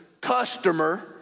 customer